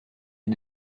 est